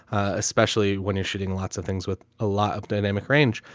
especially when you're shooting lots of things with a lot of dynamic range.